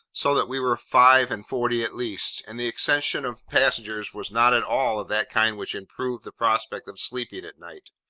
so that we were five-and-forty at least and the accession of passengers was not at all of that kind which improved the prospect of sleeping at night.